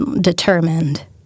determined